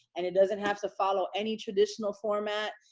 and it doesn't have to follow any traditional format.